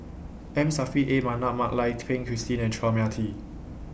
M Saffri A Manaf Mak Lai Peng Christine and Chua Mia Tee